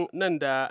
nanda